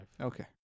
Okay